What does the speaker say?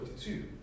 two